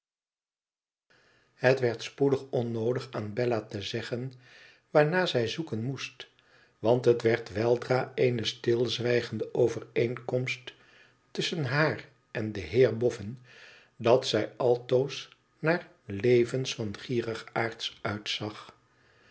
het werd spoedig onnoodig aan bella te zeggen waarnaar zij zoeken moest want het werd weldra eene stilzwijgende overeenkomst tusschen haar en den heer boffin dat zij altoos naar levens van gierigaards uitzag